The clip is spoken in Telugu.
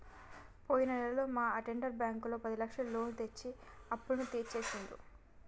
పోయిన నెలలో మా అటెండర్ బ్యాంకులో పదిలక్షల లోను తెచ్చి అప్పులన్నీ తీర్చిండు